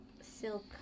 silk